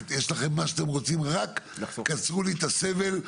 יש לכם מה שאתם רוצים רק קצרו לי את הסבל.